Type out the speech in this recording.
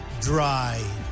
dry